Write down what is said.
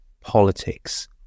politics